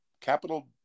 capital